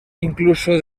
incluso